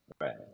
Right